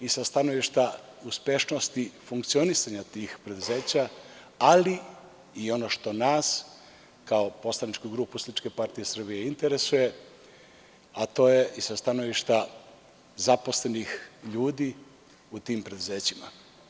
I sa stanovišta uspešnosti funkcionisanja tih preduzeća, ali i ono što nas kao poslaničku grupu SPS interesuje, a to je i sa stanovišta zaposlenih ljudi u tim preduzećima.